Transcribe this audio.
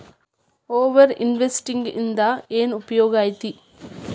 over investing ಇಂದ ಏನ್ ಉಪಯೋಗ ಐತಿ